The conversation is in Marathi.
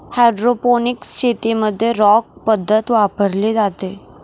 हायड्रोपोनिक्स शेतीमध्ये रॉक पद्धत वापरली जाते